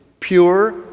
Pure